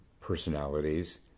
personalities